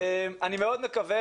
אני מאוד מקווה,